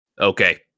Okay